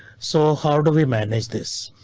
so how do we manage this?